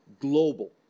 global